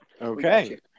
Okay